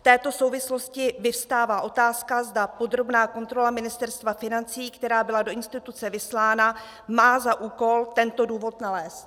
V této souvislosti vyvstává otázka, zda podrobná kontrola Ministerstva financí, která byla do instituce vyslána, má za úkol tento důvod nalézt.